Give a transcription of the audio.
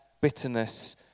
bitterness